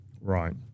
Right